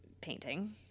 painting